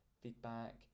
feedback